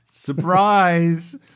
Surprise